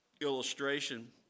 illustration